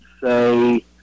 say